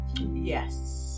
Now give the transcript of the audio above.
yes